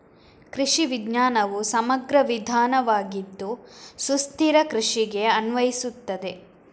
ಕೃಷಿ ವಿಜ್ಞಾನವು ಸಮಗ್ರ ವಿಧಾನವಾಗಿದ್ದು ಸುಸ್ಥಿರ ಕೃಷಿಗೆ ಅನ್ವಯಿಸುತ್ತದೆ